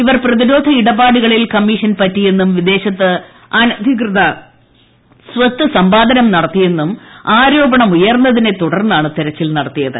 ഇവർ പ്രതിരോട്ടു ഇടപാടുകളിൽ കമ്മീഷൻ പറ്റിയെന്നും വിദേശത്ത് ആന്റികൃത സ്വത്ത് സമ്പാദനം നടത്തിയെന്നും ആരോപ്പ്ണം ഉയർന്നതിനെ തുടർന്നാണ് തെരച്ചിൽ നടത്തിയത്